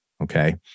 Okay